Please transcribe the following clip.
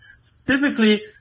specifically